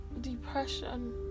depression